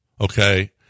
Okay